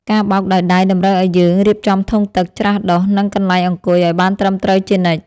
ការបោកដោយដៃតម្រូវឱ្យយើងរៀបចំធុងទឹក ច្រាសដុស និងកន្លែងអង្គុយឱ្យបានត្រឹមត្រូវជានិច្ច។